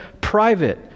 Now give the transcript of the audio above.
private